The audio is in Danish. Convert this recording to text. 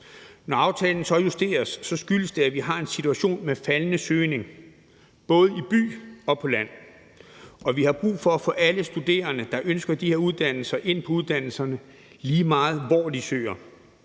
Når aftalen så justeres, skyldes det, at vi har en situation med faldende søgning, både i by og på land, og at vi har brug for at få alle studerende, der ønsker de her uddannelser, ind på uddannelserne, lige meget hvor de søger.